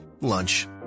lunch